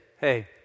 hey